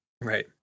Right